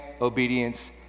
obedience